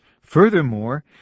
Furthermore